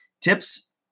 tips